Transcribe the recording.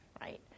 right